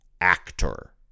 actor